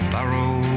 Barrow